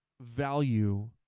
value